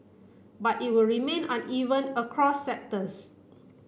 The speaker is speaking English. but it will remain uneven across sectors